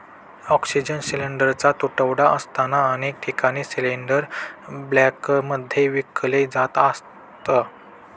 oxygen सिलिंडरचा तुटवडा असताना अनेक ठिकाणी सिलिंडर ब्लॅकमध्ये विकले जात असत